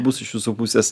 bus iš jūsų pusės